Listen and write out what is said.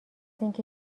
اینکه